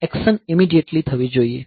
action immediately થવી જોઈએ